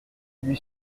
lui